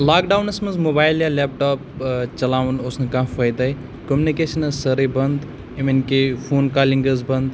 lock ڈاونَس منٛز mobile یا لٮ۪پٹاپ چَلاوُن اوس نہٕ کانٛہہ فٲیِدَے کمنِکیشَن ٲسۍ سٲرٕے بنٛد اِوٕن کہ فون کالِنٛگ ٲس بنٛد